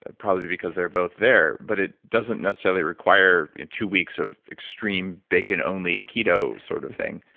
ah probably because they're both there but it doesn't necessarily require two weeks of extreme bacon only keto sort of thing.